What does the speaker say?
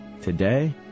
Today